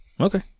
Okay